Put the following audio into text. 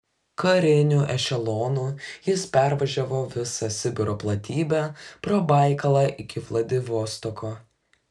kariniu ešelonu jis pervažiavo visą sibiro platybę pro baikalą iki vladivostoko